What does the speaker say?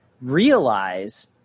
realize